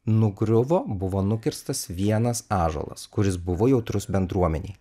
nugriuvo buvo nukirstas vienas ąžuolas kuris buvo jautrus bendruomenei